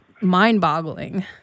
mind-boggling